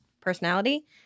personality